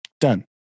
done